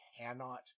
cannot-